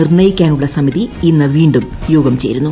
നിർണയിക്കാനുള്ള സമിതി ്ഇന്ന് വീണ്ടും യോഗം ചേരുന്നു